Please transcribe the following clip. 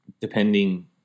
depending